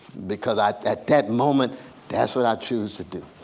because at that that moment that's what i choose to do.